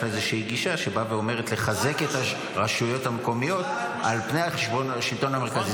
לאיזושהי גישה שבאה ואומרת לחזק את הרשויות המקומיות על פני השלטון המרכזי,